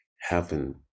heaven